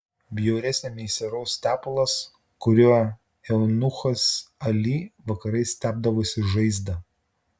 bjauresnė nei sieros tepalas kuriuo eunuchas ali vakarais tepdavosi žaizdą